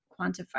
quantify